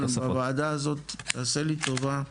חנן, בוועדה הזו תעשה לי טובה,